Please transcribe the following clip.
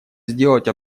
сделать